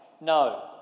No